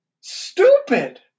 stupid